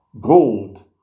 gold